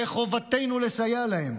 וחובתנו לסייע להם.